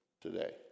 today